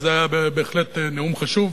וזה היה בהחלט נאום חשוב.